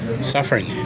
suffering